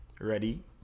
Ready